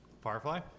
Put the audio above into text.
Firefly